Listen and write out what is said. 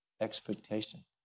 expectation